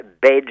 bed